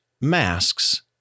masks